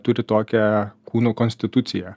turi tokią kūno konstituciją